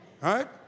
Right